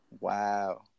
Wow